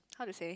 um how to say